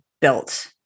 built